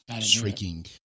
shrieking